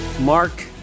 Mark